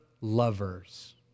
lovers